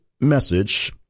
message